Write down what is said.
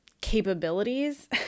capabilities